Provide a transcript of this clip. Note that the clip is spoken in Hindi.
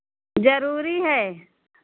जरूरी है